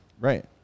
Right